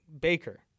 Baker